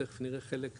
תיכף נראה חלק,